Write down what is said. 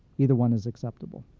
either one is acceptable.